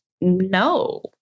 no